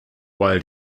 while